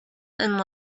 and